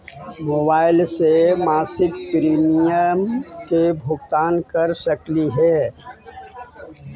Mobile से मासिक premium के भुगतान कर सकली हे?